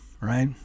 right